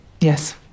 Yes